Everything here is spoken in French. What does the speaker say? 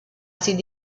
ses